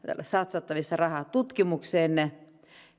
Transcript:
satsattavissa rahaa tutkimukseen